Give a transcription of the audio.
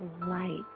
light